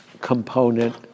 component